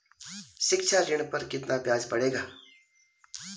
शिक्षा ऋण पर कितना ब्याज पड़ेगा?